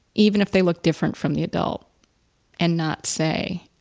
even if they look different from the adult and not say,